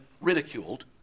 ridiculed